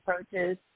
approaches